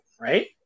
Right